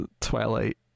Twilight